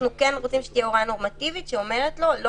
אנחנו כן רוצים שתהיה הוראה נורמטיבית שאומרת לו לא